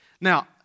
Now